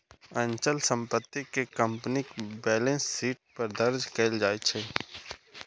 अचल संपत्ति कें कंपनीक बैलेंस शीट पर दर्ज कैल जाइ छै